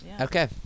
Okay